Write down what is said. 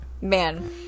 Man